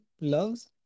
loves